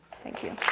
thank you.